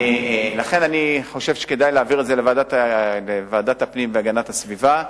לכן אני חושב שכדאי להעביר את זה לוועדת הפנים והגנת הסביבה,